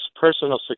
personal